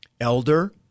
Elder